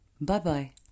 Bye-bye